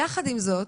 יחד עם זאת,